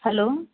hello